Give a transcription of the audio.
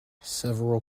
several